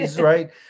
right